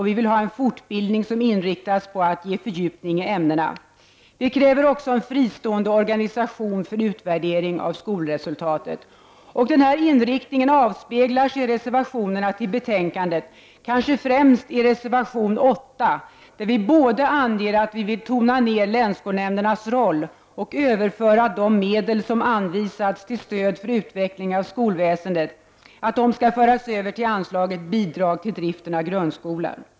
Vi vill ha fortbildning som inriktas på att ge fördjupning i ämnena. Vi kräver också en fristående organisation för utvärdering av skolresultaten. Denna vår inriktning avspeglar sig i reservationerna till betänkandet, kanske främst i reservation 8, där vi både anger att vi vill tona ner länsskolnämndernas roll och överföra de medel som anvisats till Stöd för utveckling av skolväsendet till anslaget Bidrag till driften av grundskolor.